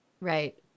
Right